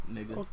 Nigga